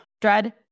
dread